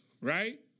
right